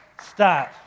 start